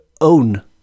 own